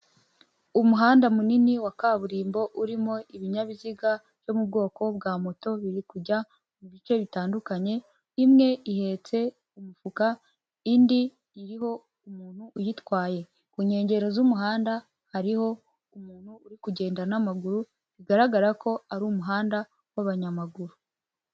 Umuhanda munini wa kaburimbo urimo ibinyabiziga byo mu bwoko bwa moto biri kujya mu bice bitandukanye, imwe ihetse umufuka indi iriho umuntu uyitwaye, ku nkengero z'umuhanda hariho umuntu uri kugenda n'amaguru bigaragara ko ari umuhanda w'abanyamaguru.